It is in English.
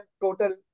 total